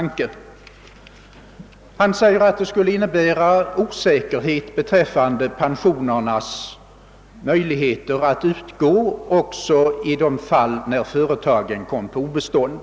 Han sade att det föreslagna systemet skulle innebära osäkerhet beträffande möjligheterna att utbetala pensionerna i de fall när ett företag kommer på obestånd.